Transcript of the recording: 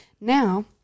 Now